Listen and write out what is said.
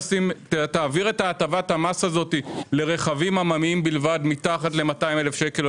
תעביר את הטבת המס הזאת לרכבים עממיים בלבד מתחת ל-200 אלף שקל,